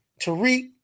Tariq